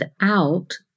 out